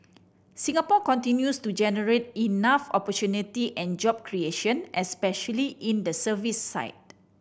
Singapore continues to generate enough opportunity and job creation especially in the services side